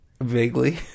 Vaguely